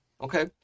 Okay